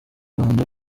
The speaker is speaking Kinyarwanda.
rwanda